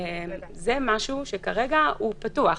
זה משהו שפתוח.